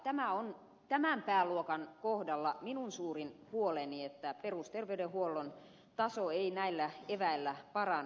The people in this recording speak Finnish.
tämä on tämän pääluokan kohdalla minun suurin huoleni että perusterveydenhuollon taso ei näillä eväillä parane